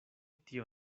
tio